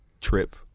trip